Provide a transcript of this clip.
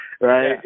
right